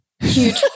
Huge